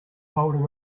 holding